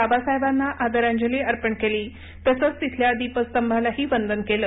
बाबासाहेबांना आदरांजली अर्पण केली तसंच तिथल्या दीपस्तंभालाही वंदन केलं